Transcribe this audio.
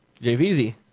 JVZ